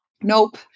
nope